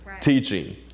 teaching